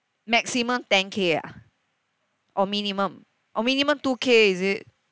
maximum ten K ah or minimum oh minimum two K is it